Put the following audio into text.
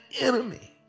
enemy